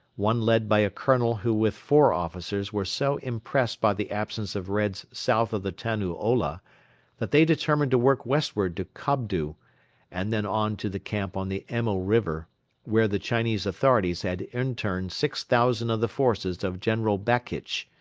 one led by a colonel who with four officers were so impressed by the absence of reds south of the tannu ola that they determined to work westward to kobdo and then on to the camp on the emil river where the chinese authorities had interned six thousand of the forces of general bakitch,